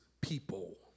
people